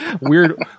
Weird